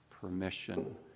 permission